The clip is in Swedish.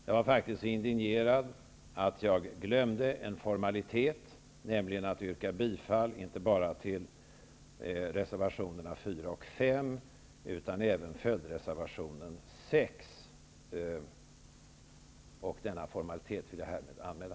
Jag var faktiskt så indignerad att jag glömde en formalitet, nämligen att yrka bifall inte bara till reservationerna 4 och 5, utan även till följdreservationen 6. Denna formalitet vill jag härmed anmäla.